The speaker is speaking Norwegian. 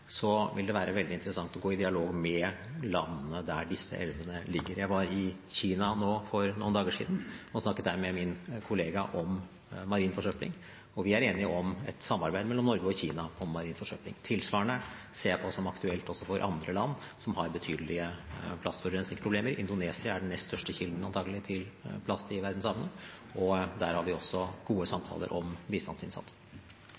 vil det være veldig interessant å gå i dialog med landene der disse elvene ligger. Jeg var i Kina for noen dager siden og snakket der med min kollega om marin forsøpling, og vi er enige om et samarbeid mellom Norge og Kina om marin forsøpling. Tilsvarende ser jeg på som aktuelt også for andre land som har betydelige plastforurensingsproblemer. Indonesia er antakelig den nest største kilden til plast i verdenshavene, og der har vi også gode